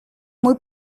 muy